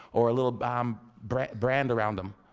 or a little but um brand brand around them.